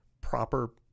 proper